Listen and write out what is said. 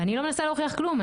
ואני לא מנסה להוכיח כלום.